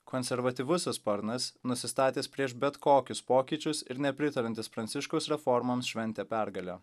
konservatyvusis sparnas nusistatęs prieš bet kokius pokyčius ir nepritariantis pranciškaus reformoms šventė pergalę